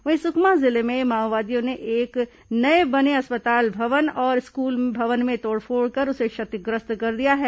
वहीं सुकमा जिले में माओवादियों ने नये बने अस्पताल भवन और स्कूल भवन में तोड़फोड़ कर उसे क्षतिग्रस्त कर दिया है